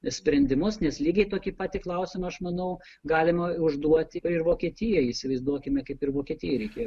sprendimus nes lygiai tokį patį klausimą aš manau galima užduoti ir vokietijai įsivaizduokime kaip ir vokietijai reikėjo